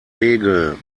regel